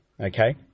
okay